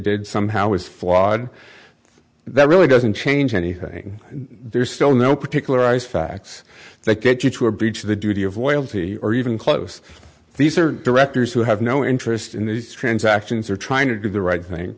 did somehow was flawed that really doesn't change anything there's still no particularized facts that get you to a breach of the duty of wales he or even close these are directors who have no interest in these transactions are trying to do the right thing